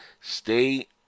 stay